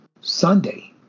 Sunday